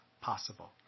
possible